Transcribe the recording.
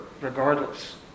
regardless